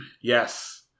yes